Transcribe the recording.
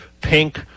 pink